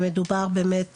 ומדובר באמת